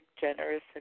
generous